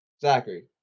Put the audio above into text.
Zachary